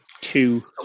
two